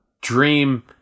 dream